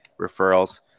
referrals